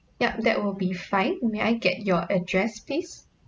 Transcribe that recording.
yup that will be fine may I get your address please